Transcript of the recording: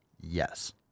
Yes